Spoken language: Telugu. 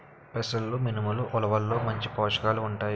పెసలు మినుములు ఉలవల్లో మంచి పోషకాలు ఉంటాయి